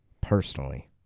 Personally